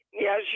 Yes